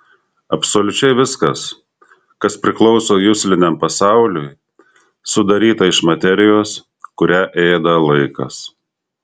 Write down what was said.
absoliučiai viskas kas priklauso jusliniam pasauliui sudaryta iš materijos kurią ėda laikas